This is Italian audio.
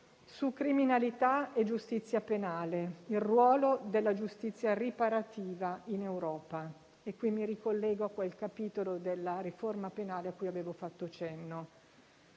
su criminalità e giustizia penale e sul ruolo della giustizia riparativa in Europa. Qui mi ricollego a quel capitolo della riforma penale a cui avevo fatto cenno.